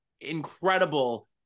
incredible